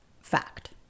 fact